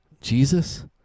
jesus